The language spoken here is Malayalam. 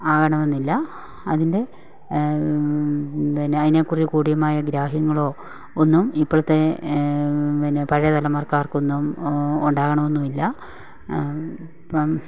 ആകണമെന്നില്ല അതിൻ്റെ പിന്നെ അതിനെ കുറിച്ച് കൂട്യമായ ഗ്രാഹ്യങ്ങളോ ഒന്നും ഇപ്പോഴത്തെ പിന്നെ പഴയ തലമുറക്കാർക്ക് ഒന്നും ഉണ്ടാകണമെന്നും ഇല്ല അപ്പം